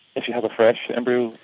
if she has a fresh embryo?